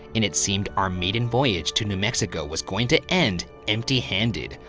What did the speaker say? and it seemed our maiden voyage to new mexico was going to end empty-handed,